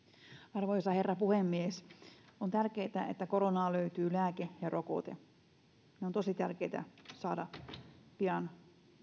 arvoisa herra puhemies on tärkeätä että koronaan löytyy lääke ja rokote ne ovat tosi tärkeitä saada pian